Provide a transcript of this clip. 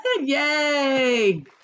Yay